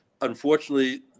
unfortunately—